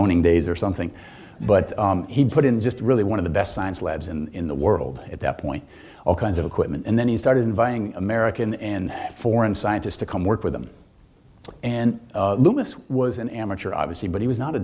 presuming days or something but he put in just really one of the best science labs in the world at that point all kinds of equipment and then he started inviting americans in foreign scientists to come work with them and louis was an amateur obviously but he was not a